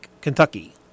Kentucky